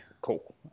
cool